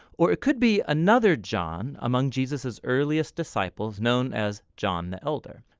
or it could be another john among jesus's earliest disciples known as john the elder.